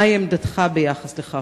מהי עמדתך ביחס לכך